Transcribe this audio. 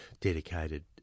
dedicated